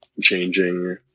changing